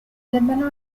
debbano